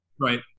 Right